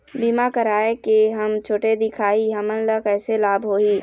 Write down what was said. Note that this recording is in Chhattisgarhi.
बीमा कराए के हम छोटे दिखाही हमन ला कैसे लाभ होही?